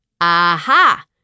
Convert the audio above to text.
Aha